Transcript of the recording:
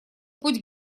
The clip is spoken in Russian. путь